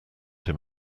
him